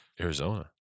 arizona